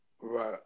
Right